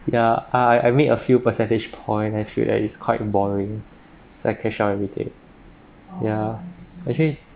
ya I I made a few percentage point actually it's quite boring I cash out everything ya actually